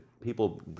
people